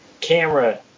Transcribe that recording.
camera